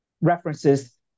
references